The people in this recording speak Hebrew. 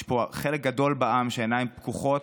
ויש פה חלק גדול בעם שהעיניים שלו פקוחות,